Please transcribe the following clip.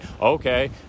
Okay